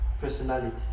personality